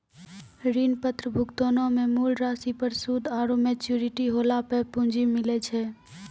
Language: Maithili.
ऋण पत्र भुगतानो मे मूल राशि पर सूद आरु मेच्योरिटी होला पे पूंजी मिलै छै